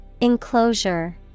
Enclosure